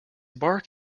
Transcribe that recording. bark